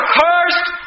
cursed